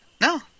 No